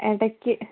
ഇടയ്ക്ക്